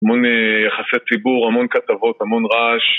המון יחסי ציבור, המון כתבות, המון רעש